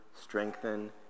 strengthen